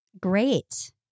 Great